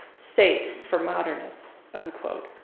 safe for modernists.